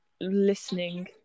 listening